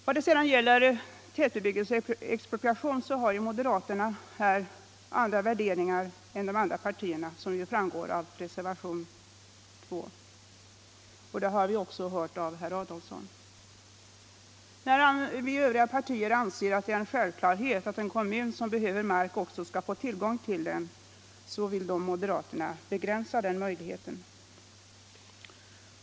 Vad det sedan gäller tätbebyggelseexpropriation så har moderaterna andra värderingar än de övriga partierna, såsom framgår av reservationen 2. Det har vi också hört av herr Adolfsson. När övriga partier anser att det är en självklarhet att en kommun som behöver mark också skall få tillgång till den, så vill moderaterna begränsa den möjligheten.